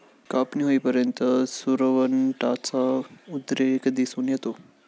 कापणी होईपर्यंत सुरवंटाचा उद्रेक दिसून येतो